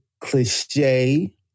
cliche